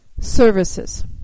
services